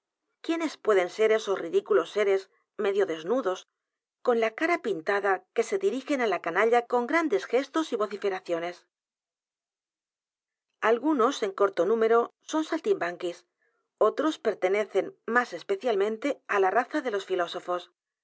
s pueden ser esos ridículos seres medio desnudos con la cara pintada que se dirigen á la canalla con grandes gestos y vociferaciones algunos en corto mímero son saltimbanquis otros pertenecen más especialmente á la raza de los filósofos